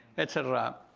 etc.